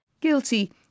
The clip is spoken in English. Guilty